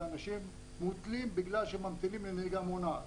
ואנשים מותלים בגלל שהם ממתינים לנהיגה מונעת.